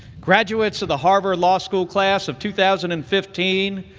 graduates of the harvard law school class of two thousand and fifteen,